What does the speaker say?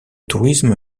tourisme